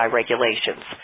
regulations